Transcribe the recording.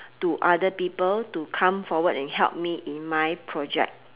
to other people to come forward and help me in my project